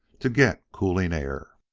to get cooling air.